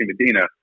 Medina